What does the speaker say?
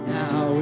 now